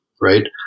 right